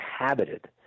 inhabited